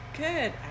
good